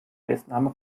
festnahme